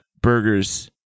burgers